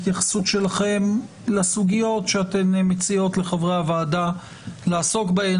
התייחסות שלכן לסוגיות שאתן מציעות לחברי הוועדה לעסוק בהן.